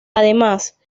además